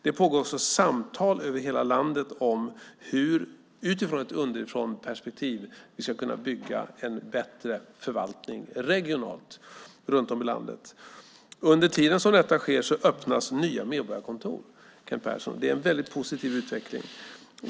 Det pågår också samtal över hela landet om hur vi utifrån ett underifrånperspektiv ska kunna bygga en bättre förvaltning regionalt runt om i landet. Under tiden som detta sker öppnas nya medborgarkontor, Kent Persson. Det är en mycket positiv utveckling.